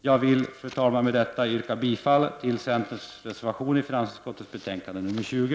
Jag vill med detta, fru talman, yrka bifall till centerns reservationer vid finansutskottets betänkande nr 20.